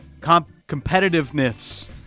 competitiveness